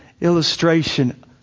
illustration